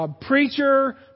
preacher